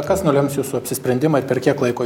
kas nulems jūsų apsisprendimą ir per kiek laiko